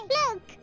look